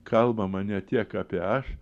kalbama ne tiek apie aš